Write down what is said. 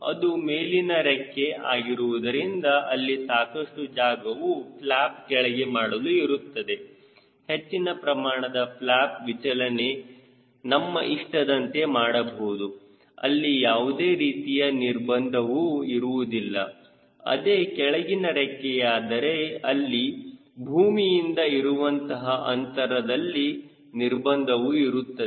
ಅದು ಮೇಲಿನ ರೆಕ್ಕೆ ಆಗಿರುವುದರಿಂದ ಅಲ್ಲಿ ಸಾಕಷ್ಟು ಜಾಗವು ಫ್ಲ್ಯಾಪ್ ಕೆಳಗೆ ಮಾಡಲು ಇರುತ್ತದೆ ಹೆಚ್ಚಿನ ಪ್ರಮಾಣದ ಫ್ಲ್ಯಾಪ್ ವಿಚಲನೆ ನಮ್ಮ ಇಷ್ಟದಂತೆ ಮಾಡಬಹುದು ಅಲ್ಲಿ ಯಾವುದೇ ರೀತಿಯ ನಿರ್ಬಂಧವೂ ಇರುವುದಿಲ್ಲ ಅದೇ ಕೆಳಗಿನ ರೆಕ್ಕೆಯಾದರೆ ಅಲ್ಲಿ ಭೂಮಿಯಿಂದ ಇರುವಂತಹ ಅಂತರದಲ್ಲಿ ನಿರ್ಬಂಧವೂ ಇರುತ್ತದೆ